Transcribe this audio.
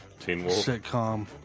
sitcom